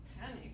panic